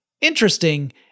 interesting